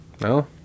No